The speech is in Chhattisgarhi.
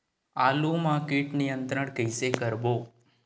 आलू मा कीट नियंत्रण कइसे करबो?